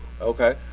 Okay